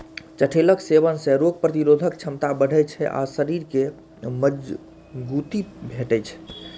चठैलक सेवन सं रोग प्रतिरोधक क्षमता बढ़ै छै आ शरीर कें मजगूती भेटै छै